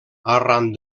arran